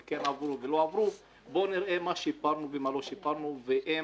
וכן עברו או לא עברו בואו נראה מה שיפרנו ומה לא שיפרנו ואם